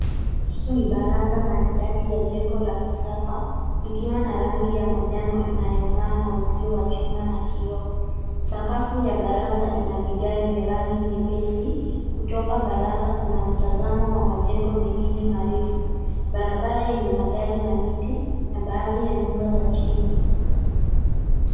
Hii ni baraza maridadi ya jengo la kisasa, likiwa na rangi ya manjano inayongaa na uzio wa chuma na kioo. Sakafu ya baraza ina vigae vya rangi nyepesi. Kutoka baraza kuna mtazamo wa majengo mengine marefu. Barabara yenye magari na miti, na baadhi ya nyumba za chini.